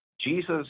Jesus